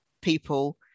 people